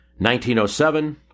1907